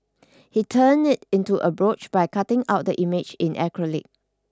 he turned it into a brooch by cutting out the image in acrylic